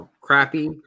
crappy